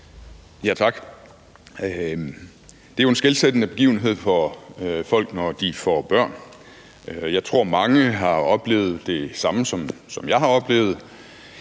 Tak. Det er jo en skelsættende begivenhed for folk, når de får børn, og jeg tror, at mange har oplevet det samme, som jeg har oplevet,